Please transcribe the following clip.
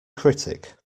critic